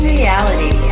reality